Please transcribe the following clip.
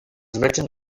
written